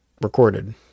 recorded